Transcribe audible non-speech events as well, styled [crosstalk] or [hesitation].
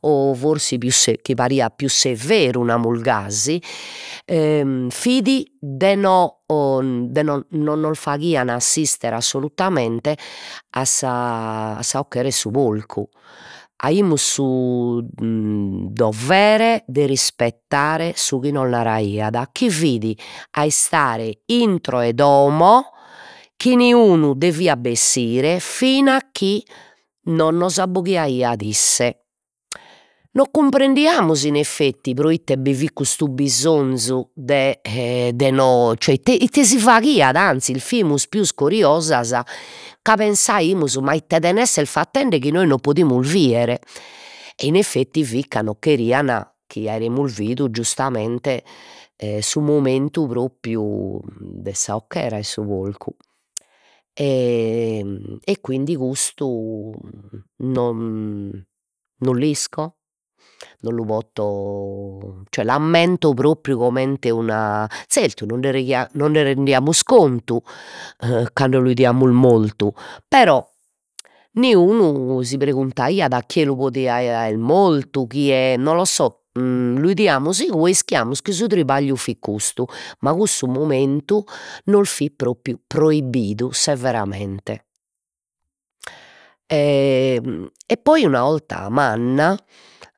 O forsi pius se chi pariat pius severu, namus gasi [hesitation] fit de no [hesitation] de no no nos faghian assistere assolutamente a [hesitation] a sa 'occhera 'e su porcu, aimus su [hesitation] dovere de rispettare su chi nos naraiat, chi fit a istare intro 'e domo, chi niunu deviat bessire fina chi no nos abboghiaiat isse, non cumprendiamus in effetti, proite bi fit custu bisonzu de e de no cioè ite ite si faghiat, anzi fimus pius curiosas ca pensaimus ma ite den esser fattende chi nois non podimus bider, e in effetti fit ca no cherian chi aeremus bidu giustamente [hesitation] su momentu propriu de sa 'occhera 'e su polcu e e quindi custu no non l'isco: Non lu poto, cioè l'ammento propriu comente una zertu nos [unintelligible] nos rendiamus contu e cando lu 'idiamus moltu, però niunu si preguntaiat chie lu podiat [hesitation] aer mortu, chie non lo so [hesitation] lu 'idiamus igue e ischiamus chi su tribagliu fit custu, ma cussu momentu nos fit propriu proibbidu severamente [hesitation] e poi una 'olta manna